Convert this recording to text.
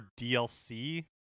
DLC